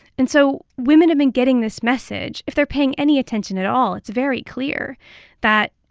and so women have been getting this message. if they're paying any attention at all it's very clear that,